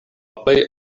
plej